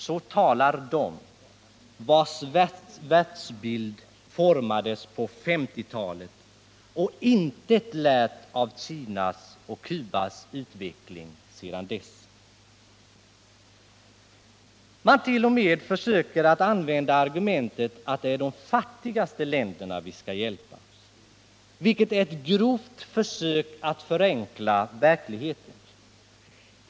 Så talar de, vilkas världsbild formades på 1950-talet och som intet lärt av Kinas och Cubas utveckling sedan dess. Man försöker t.o.m. använda argumentet att det är de fattigaste länderna vi skall hjälpa, vilket är ett grovt försök att förenkla verkligheten.